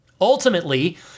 Ultimately